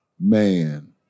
man